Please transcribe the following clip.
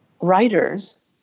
Writers